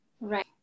right